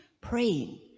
Praying